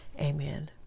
Amen